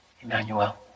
Emmanuel